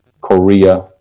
Korea